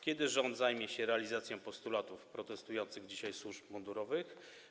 Kiedy rząd zajmie się realizacją postulatów protestujących dzisiaj służb mundurowych?